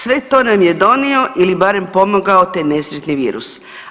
Sve to nam je donio ili barem pomogao taj nesretni virus.